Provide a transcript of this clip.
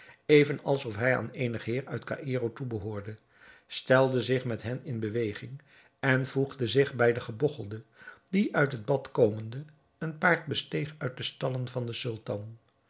even als of hij aan eenig heer uit caïro toebehoorde stelde zich met hen in beweging en voegde zich bij den gebogchelde die uit het bad komende een paard besteeg uit de stallen van den sultan